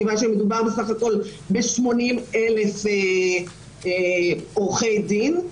מכיוון שמדובר בסך הכול ב-80,000 עורכי דין.